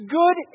good